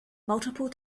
multiple